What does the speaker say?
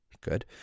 Good